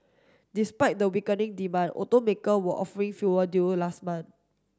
despite the weakening demand automaker were offering fewer deal last month